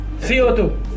CO2